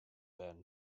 van